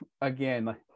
again